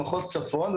במחוז צפון,